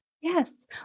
Yes